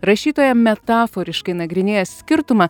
rašytoja metaforiškai nagrinėja skirtumą